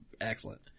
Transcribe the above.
excellent